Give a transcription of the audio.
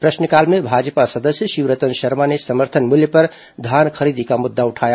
प्रश्नकाल में भाजपा सदस्य शिवरतन शर्मा ने समर्थन मूल्य पर धान खरीदी का मुद्दा उठाया